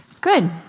Good